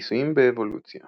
ניסויים באבולוציה